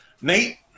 Nate